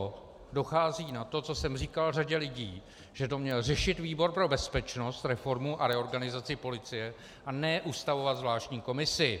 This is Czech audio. Teď dochází na to, co jsem říkal řadě lidí, že to měl řešit výbor pro bezpečnost, reformu a reorganizaci policie, a ne ustavovat zvláštní komisi.